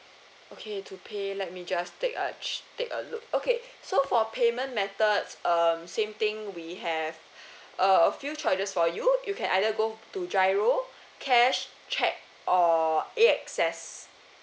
okay let me just take a take a look okay so for payment methods um same thing we have uh a few choices for you you can either go to G_I_R_O cash check or A_X_S